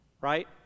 right